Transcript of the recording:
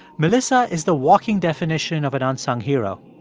melissa is the walking definition of an unsung hero,